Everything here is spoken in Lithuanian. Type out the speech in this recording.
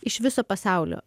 iš viso pasaulio